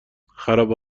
خرابه